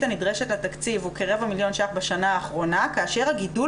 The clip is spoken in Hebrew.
הנדרשת לתקציב הוא כרבע מיליון ₪ בשנה האחרונה כאשר הגידול